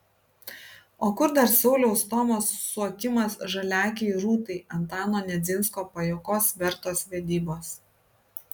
o kur dar sauliaus stomos suokimas žaliaakei rūtai antano nedzinsko pajuokos vertos vedybos